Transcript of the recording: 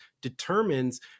determines